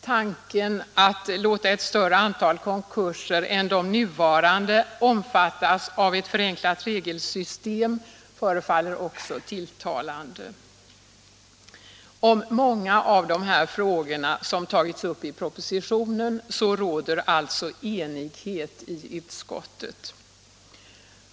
Tanken att låta ett större antal konkurser än f. n. omfattas av ett förenklat regelsystem förefaller också tilltalande. Om många av dessa frågor som tagits upp i propositionen råder alltså enighet i utskottet.